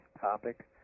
topic